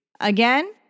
Again